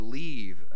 leave